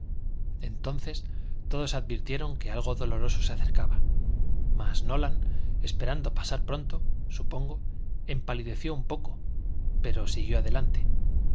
entonces todos advirtieron que algo doloroso se acercaba mas nolan esperando pasar pronto supongo empalideció un poco pero siguió adelante